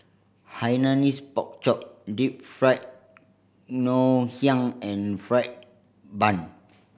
Hainanese Pork Chop Deep Fried Ngoh Hiang and fried bun